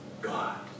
God